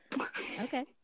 okay